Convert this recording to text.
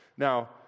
Now